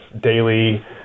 daily